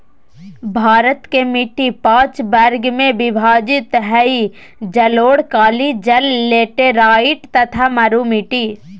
भारत के मिट्टी पांच वर्ग में विभाजित हई जलोढ़, काली, लाल, लेटेराइट तथा मरू मिट्टी